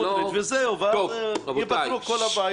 ואז ייפתרו כל הבעיות.